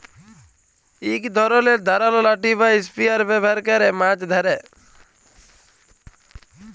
ইক ধরলের ধারালো লাঠি বা ইসপিয়ার ব্যাভার ক্যরে মাছ ধ্যরে